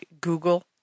Google